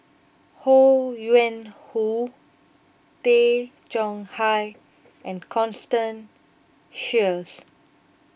Ho Yuen Hoe Tay Chong Hai and Constance Sheares